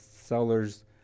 sellers